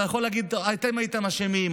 אתה יכול להגיד: אתם הייתם אשמים,